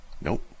Nope